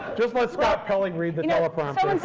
just let scott pelley read the teleprompter